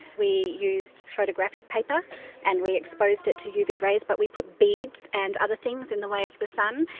we used photographic paper and we exposed it to uv rays, but we put beads and other things in the way of the sun,